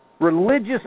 Religious